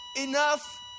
enough